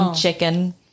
chicken